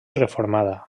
reformada